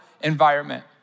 environment